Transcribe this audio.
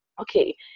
okay